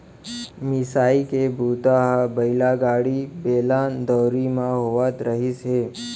मिसाई के बूता ह बइला गाड़ी, बेलन, दउंरी म होवत रिहिस हे